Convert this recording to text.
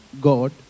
God